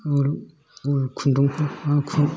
उल खुन्दुं खुन